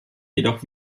jedoch